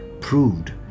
proved